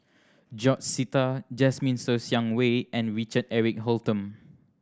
George Sita Jasmine Ser Xiang Wei and Richard Eric Holttum